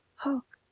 hark!